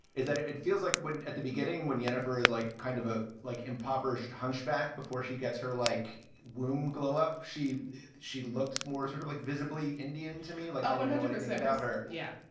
is that it it feels like we're at the beginning when jennifer is like kind of ah like impoverished, hunchbacked before she gets her like womb glow up. she she looks more sort of like visibly indian to me, like i'm one hundred percent about her. yeah.